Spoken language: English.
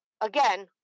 again